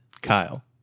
Kyle